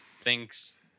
thinks